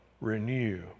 renew